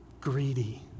Greedy